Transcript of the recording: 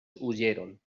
huyeron